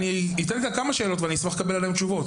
אני אשאל עוד כמה שאלות ואז אשמח לשמוע תשובות.